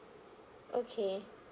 okay